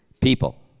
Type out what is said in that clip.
People